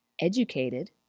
educated